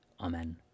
Amen